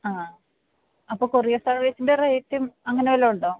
ആ അപ്പോള് കൊറിയർ സർവീസിൻ്റെ റെയ്റ്റും അങ്ങനെ വല്ലതുമുണ്ടോ